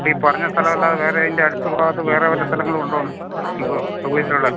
ഇപ്പം ഈ പറഞ്ഞ സ്ഥലം അല്ലാതെ വേറെ ഇതിന്റെ അടുത്ത ഭാഗത്ത് വേറെ വല്ല സ്ഥലങ്ങളുണ്ടോ എന്ന് നമുക്ക് സൌകര്യം ഉള്ള